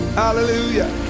hallelujah